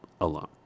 alone